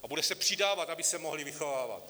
A bude se přidávat, aby se mohly vychovávat.